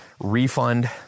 refund